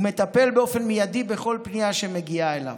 ומטפל באופן מיידי בכל פנייה שמגיעה אליו.